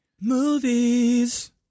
Movies